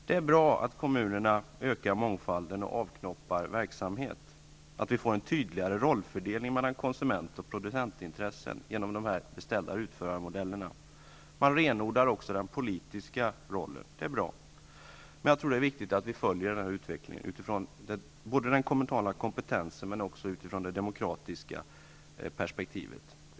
Det är bra att kommunerna ökar mångfalden och avknoppar verksamhet, att rollfördelningen mellan konsument och producentintressen blir tydligare genom de här beställar och utförarmodellerna. Man renodlar också den politiska rollen, vilket är bra. Men det är viktigt att vi följer den här utvecklingen utifrån både den kommunala kompetensen och det demokratiska perspektivet.